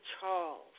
Charles